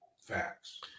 Facts